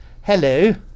Hello